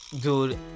dude